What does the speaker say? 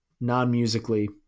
non-musically